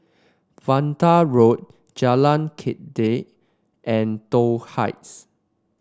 Vanda Road Jalan Kledek and Toh Heights